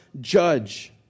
judge